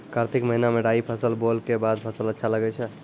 कार्तिक महीना मे राई फसल बोलऽ के बाद फसल अच्छा लगे छै